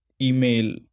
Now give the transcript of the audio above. email